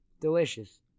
Delicious